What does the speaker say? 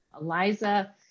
Eliza